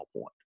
point